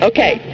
Okay